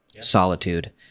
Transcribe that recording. solitude